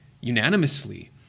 unanimously